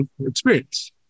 experience